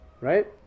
right